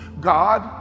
God